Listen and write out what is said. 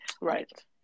right